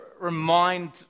remind